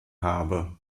habe